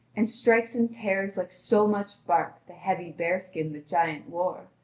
and strikes and tears like so much bark the heavy bearskin the giant wore,